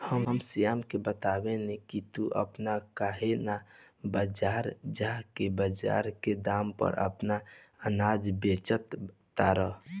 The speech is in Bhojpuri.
हम श्याम के बतएनी की तू अपने काहे ना बजार जा के बजार के दाम पर आपन अनाज बेच तारा